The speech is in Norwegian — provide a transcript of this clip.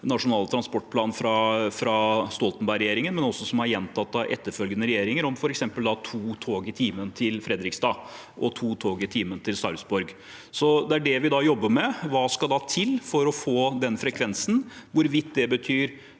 nasjonale transportplanen fra Stoltenberg-regjeringen, og som også er gjentatt av etterfølgende regjeringer, med f.eks. to tog i timen til Fredrikstad og to tog i timen til Sarpsborg? Det er det vi jobber med. Hva skal til for å få den frekvensen? Hvorvidt det betyr